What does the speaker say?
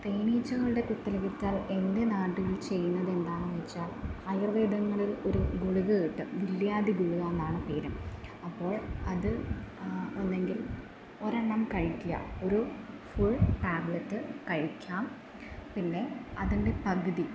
തേനീച്ചകളുടെ കുത്തലകറ്റാൻ എൻ്റെ നാട്ടിൽ ചെയ്യുന്നതെന്താന്ന് വെച്ചാൽ ആയുർവേദങ്ങളിൽ ഒരു ഗുളിക കിട്ടും വിൽവാദി ഗുളിക എന്നാണ് പേര് അപ്പോൾ അത് ഒന്നെങ്കിൽ ഒരെണ്ണം കഴിക്കുക ഒരു ഫുൾ ടാബ്ലറ്റ് കഴിക്കാം പിന്നെ അതിൻ്റെ പകുതി